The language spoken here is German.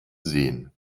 sehen